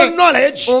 knowledge